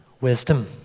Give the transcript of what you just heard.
wisdom